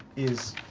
is